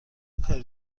کاری